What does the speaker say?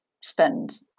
spend